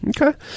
Okay